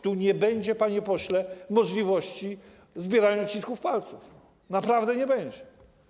Tu nie będzie, panie pośle, możliwości zbierania odcisków palców, naprawdę nie będzie.